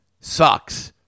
sucks